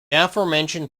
aforementioned